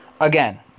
again